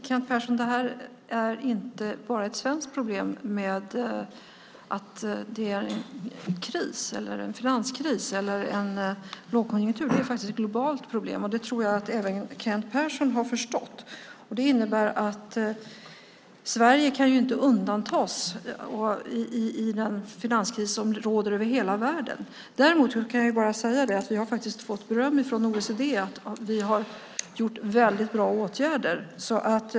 Fru talman! Det är inte bara ett svenskt problem, Kent Persson, att det är en finanskris eller en lågkonjunktur. Det är faktiskt ett globalt problem. Det tror jag att även Kent Persson har förstått. Det innebär att Sverige inte kan undantas i den finanskris som råder över hela världen. Men vi har fått beröm från OECD för att vi har vidtagit bra åtgärder.